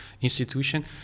institution